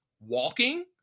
walking